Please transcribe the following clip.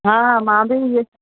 हा मां बि इहेई